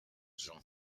jean